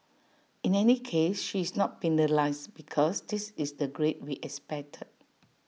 in any case she is not penalised because this is the grade we expected